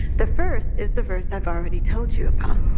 the first is the verse i've already told you about.